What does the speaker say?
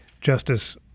Justice